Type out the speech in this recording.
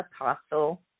Apostle